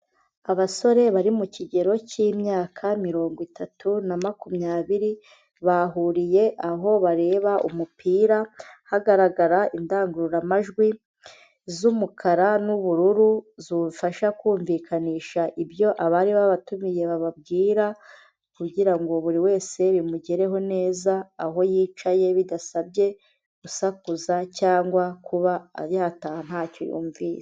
Abasore bari mu kigero k'imyaka mirongo itatu na makumyabiri, bahuriye aho bareba umupira, hagaragara indangururamajwi z'umukara n'ubururu ziwufasha kumvikanisha ibyo abari babatumiye bababwira kugira ngo buri wese bimugereho neza aho yicaye bidasabye gusakuza cyangwa kuba yataha ntacyo yumvise.